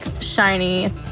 shiny